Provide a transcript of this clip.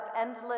endless